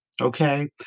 okay